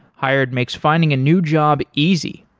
hired makes finding a new job easy.